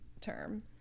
term